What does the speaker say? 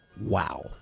wow